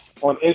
on